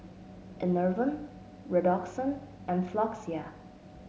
Enervon Redoxon and Floxia